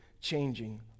changing